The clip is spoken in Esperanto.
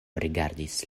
rigardis